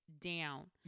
down